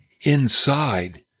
inside